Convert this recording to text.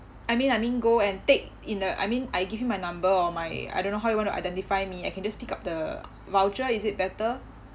I mean I mean go and take in the I mean I give you my number or my I don't know how you want to identify me I can just pick up the voucher is it better